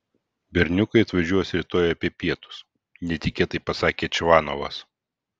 berniukai atvažiuos rytoj apie pietus netikėtai pasakė čvanovas